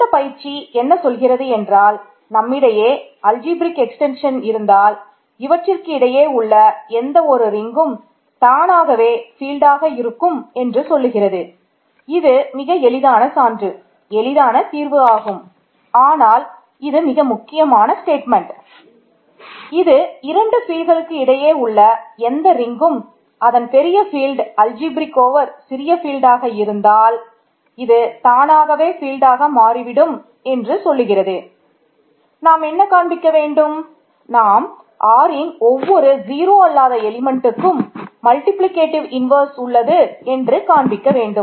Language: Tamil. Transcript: இந்த பயிற்சி என்ன சொல்கிறது என்றால் நம்மிடையே அல்ஜிப்ரேக் உள்ளது என்று காண்பிக்க வேண்டும்